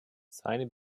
seine